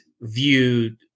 viewed